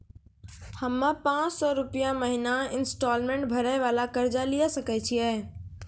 हम्मय पांच सौ रुपिया महीना इंस्टॉलमेंट भरे वाला कर्जा लिये सकय छियै?